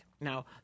Now